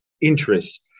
interest